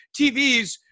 TVs